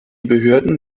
behörden